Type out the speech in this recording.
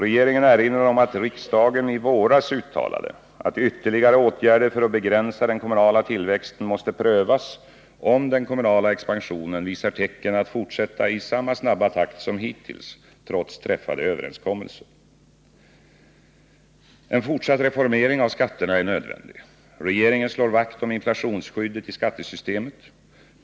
Regeringen erinrar om att riksdagen i våras uttalade att ytterligare åtgärder för att begränsa den kommunala tillväxten måste prövas, om den kommunala expansionen visar tecken att fortsätta i samma snabba takt som hittills, trots träffade överenskommelser. En fortsatt reformering av skatterna är nödvändig. Regeringen slår vakt om inflationsskyddet i skattesystemet.